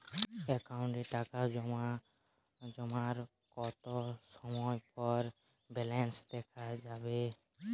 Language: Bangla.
অ্যাকাউন্টে টাকা জমার কতো সময় পর ব্যালেন্স দেখা যাবে?